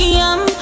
yum